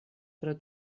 pro